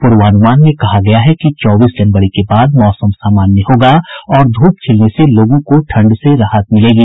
पूर्वानुमान में कहा गया है कि चौबीस जनवरी के बाद मौसम सामान्य होगा और ध्रप खिलने से लोगों को ठंड से राहत मिलेगी